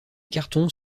cartons